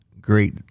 great